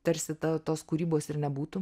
tarsi ta tos kūrybos ir nebūtų